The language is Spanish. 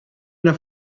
una